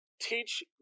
teach